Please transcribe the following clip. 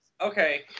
Okay